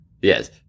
Yes